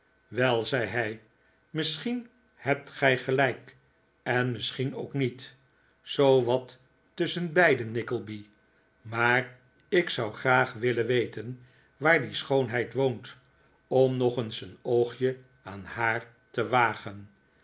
wel zei hij misschien hebt gij gelijk en misschien ook niet zoo wat tusschenbeide nickleby maar ik zou graag willen weten waar die schoonheid woont om nog eens een oogje aan haar te wagen